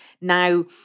Now